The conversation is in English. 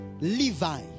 Levi